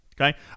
okay